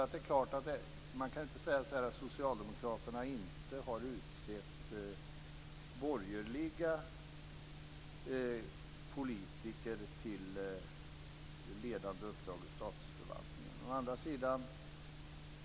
Det är klart att man inte kan säga att socialdemokraterna inte har utsett borgerliga politiker till ledande uppdrag i statsförvaltningen.